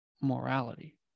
Morality